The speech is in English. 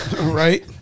Right